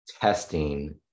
testing